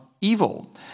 evil